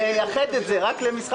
יש קושי לייחד את זה רק למסעדות.